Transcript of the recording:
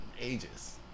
Ages